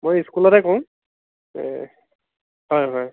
মই স্কুলতে কৰোঁ হয় হয়